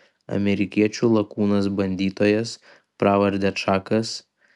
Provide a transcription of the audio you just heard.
amerikiečių lakūnas bandytojas pravarde čakas